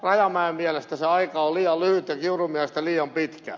rajamäen mielestä se aika on liian lyhyt ja kiurun mielestä liian pitkä